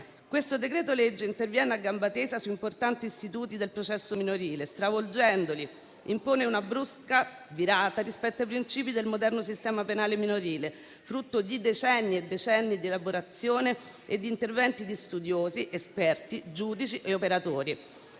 Il decreto-legge in esame interviene a gamba tesa su importanti istituti del processo minorile, stravolgendoli; impone una brusca virata rispetto ai princìpi del moderno sistema penale minorile, frutto di decenni e decenni di elaborazione e di interventi di studiosi, esperti, giudici e operatori,